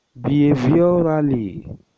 behaviorally